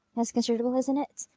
it's considerable, isn't it?